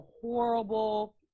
horrible